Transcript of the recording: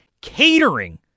catering